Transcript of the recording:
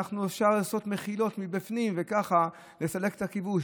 אפשר לעשות מחילות מבפנים וככה לסלק את הכיבוש.